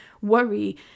worry